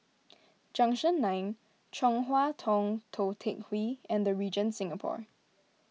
Junction nine Chong Hua Tong Tou Teck Hwee and the Regent Singapore